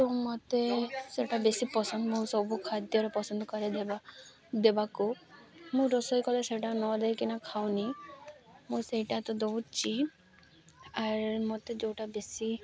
ତ ମୋତେ ସେଟା ବେଶୀ ପସନ୍ଦ ମୁଁ ସବୁ ଖାଦ୍ୟରେ ପସନ୍ଦ କରେ ଦେବା ଦେବାକୁ ମୁଁ ରୋଷେଇ କଲେ ସେଟା ନ ଦେଇେଇକିନା ଖାଉନି ମୁଁ ସେଇଟା ତ ଦେଉଛି ଆର୍ ମୋତେ ଯେଉଁଟା ବେଶୀ